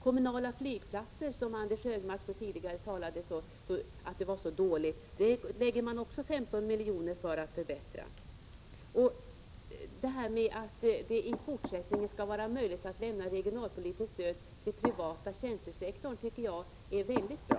Kommunala flygplater, som Anders G Högmark tidigare sade är så dåliga, lägger man 15 miljoner på för att förbättra dem. Och detta att det i fortsättningen skall vara möjligt att lämna regionalpolitiskt stöd till den privata tjänstesektorn tycker jag också är bra.